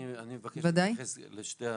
אני מבקש להתייחס לשתי הסוגיות.